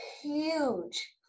huge